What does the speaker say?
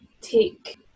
take